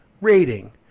rating